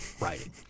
writing